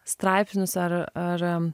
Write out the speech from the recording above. straipsnius ar ar